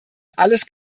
alles